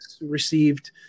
received